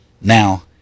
Now